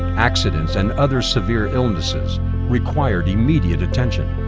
accidents, and other severe illnesses required immediate attention.